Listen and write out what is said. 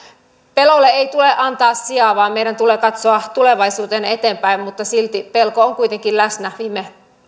pelolle ei tule antaa sijaa vaan meidän tulee katsoa tulevaisuuteen eteenpäin mutta silti pelko on kuitenkin läsnä viime